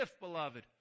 beloved